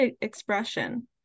expression